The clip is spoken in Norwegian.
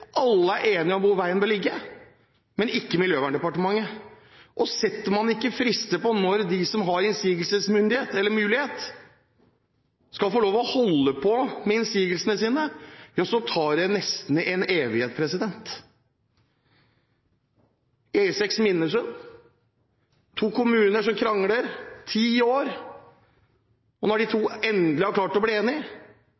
alle – er enige om – men ikke Miljøverndepartementet. Setter man ikke frister for når de som har innsigelsesmulighet, skal få lov til å holde på med innsigelsene sine, tar det nesten en evighet. E6 ved Minnesund – to kommuner som kranglet i ti år. Når de